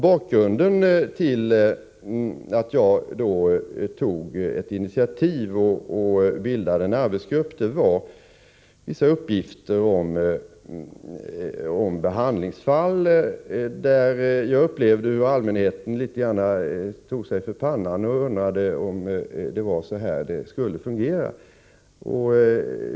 Bakgrunden till att jag då tog ett initiativ och bildade en arbetsgrupp var vissa uppgifter om behandlingsfall, där allmänheten tog sig litet för pannan och undrade om det var så här systemet skulle fungera.